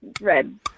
red